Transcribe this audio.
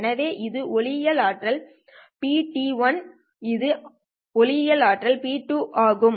எனவே இது ஒளியியல் ஆற்றல் P இது ஒளியியல் ஆற்றல் P ஆகும்